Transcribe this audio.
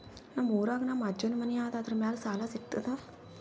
ನಮ್ ಊರಾಗ ನಮ್ ಅಜ್ಜನ್ ಮನಿ ಅದ, ಅದರ ಮ್ಯಾಲ ಸಾಲಾ ಸಿಗ್ತದ?